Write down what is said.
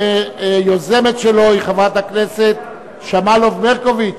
שהיוזמת שלו היא חברת הכנסת שמאלוב-ברקוביץ.